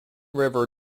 river